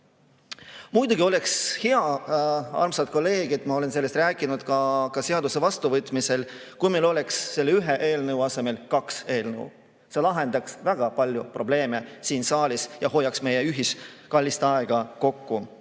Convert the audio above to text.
Muidugi oleks hea – armsad kolleegid, ma olen sellest rääkinud ka seaduse vastuvõtmisel –, kui meil oleks selle ühe eelnõu asemel kaks eelnõu. See lahendaks väga palju probleeme siin saalis ja hoiaks meie ühist kallist aega kokku,